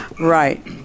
right